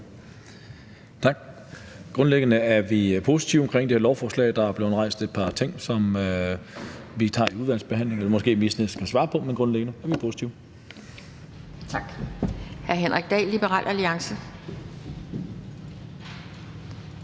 Tak. Grundlæggende er vi positive omkring det her lovforslag. Der er blevet rejst et par ting, som vi tager i udvalgsbehandlingen, eller som ministeren måske kan svare på. Men grundlæggende er vi positive. Kl. 12:06 Anden næstformand